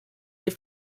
des